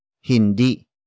hindi